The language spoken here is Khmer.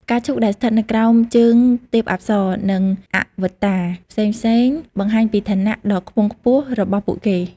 ផ្កាឈូកដែលស្ថិតនៅក្រោមជើងទេពអប្សរ និងអវតារផ្សេងៗ បង្ហាញពីឋានៈដ៏ខ្ពង់ខ្ពស់របស់ពួកគេ។